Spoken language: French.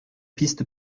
piste